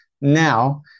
now